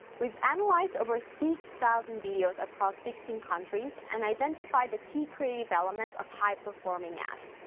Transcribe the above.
we've analyzed over six thousand videos across sixteen countries and identified the key creative elements of high-performing ads.